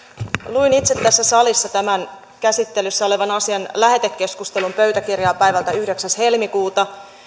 luin itse tässä salissa tämän käsittelyssä olevan asian lähetekeskustelun pöytäkirjaa päivältä yhdeksäs helmikuuta